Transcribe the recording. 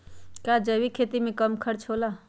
का जैविक खेती में कम खर्च होला?